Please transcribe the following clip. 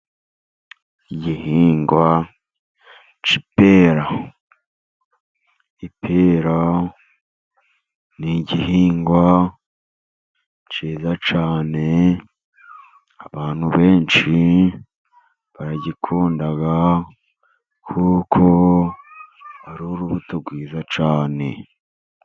Igihingwa cy'ipera, ipera ni igihingwa cyiza cyane. Abantu benshi baragikunda, kuko ari urubuto rwiza cyane.